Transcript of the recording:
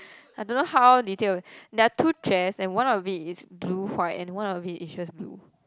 I don't know how detailed there are two chairs and one of it is blue white and one of it is just blue